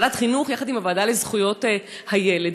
לוועדת החינוך עם הוועדה לזכויות הילד.